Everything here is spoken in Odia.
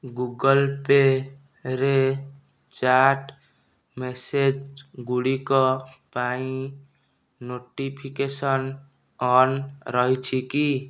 ଗୁଗଲ୍ ପେରେ ଚାଟ୍ ମେସେଜ୍ଗୁଡ଼ିକ ପାଇଁ ନୋଟିଫିକେସନ୍ ଅନ୍ ରହିଛି କି